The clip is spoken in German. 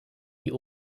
die